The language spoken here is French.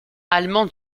allemand